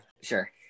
Sure